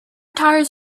tires